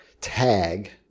tag